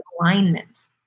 alignment